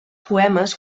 poemes